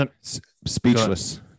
Speechless